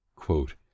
quote